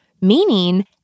meaning